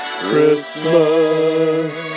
Christmas